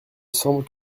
semble